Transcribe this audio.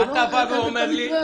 זה לא המקרה הזה.